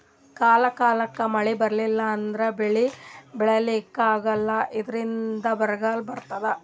ಕಾಲ್ ಕಾಲಕ್ಕ್ ಮಳಿ ಬರ್ಲಿಲ್ಲ ಅಂದ್ರ ಬೆಳಿ ಬೆಳಿಲಿಕ್ಕ್ ಆಗಲ್ಲ ಇದ್ರಿಂದ್ ಬರ್ಗಾಲ್ ಬರ್ತದ್